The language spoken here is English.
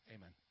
Amen